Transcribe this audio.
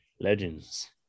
Legends